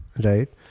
right